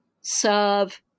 serve